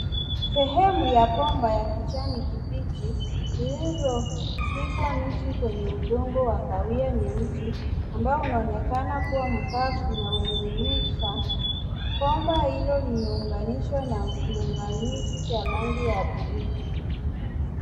Sehemu ya bomba la kijani kibichi lililozikwa nusu kwenye udongo wa kahawia nyeusi ambao unaonekana kuwa mkavu na wenye rutuba. Bomba hilo limeunganishwa na kiunganishi cha rangi ya bluu.